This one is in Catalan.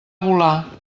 volar